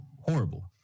horrible